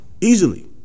Easily